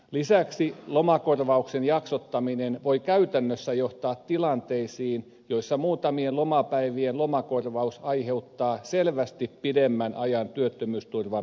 lisäksi lomakorvauksen jaksottaminen voi käytännössä johtaa tilanteisiin joissa muutamien lomapäivien lomakorvaus aiheuttaa selvästi pidemmän ajan työttömyysturvan menetyksen